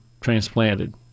transplanted